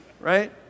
Right